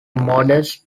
modest